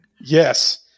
Yes